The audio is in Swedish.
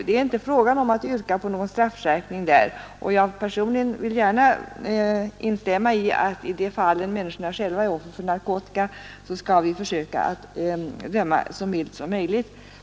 Det är inte fråga om att yrka på någon straffskärpning för dem, och jag vill personligen gärna instämma i att i de fall människor själva är offer för narkotika så skall vi försöka att döma så milt som möjligt.